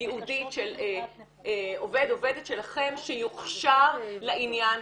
ייעודית של עובד או עובדת שלכם שיוכשר לעניין,